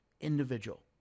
individual